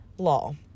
law